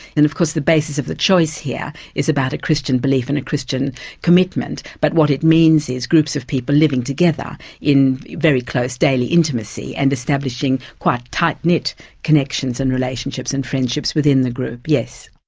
and of course the basis of the choice here is about a christian belief and a christian commitment, but what it means is, groups of people living together in very close daily intimacy and establishing quite tight-knit connections and relationships and friendships within the group, yes.